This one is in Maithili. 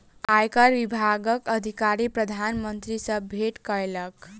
आयकर विभागक अधिकारी प्रधान मंत्री सॅ भेट केलक